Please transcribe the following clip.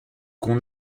qu’on